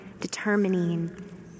determining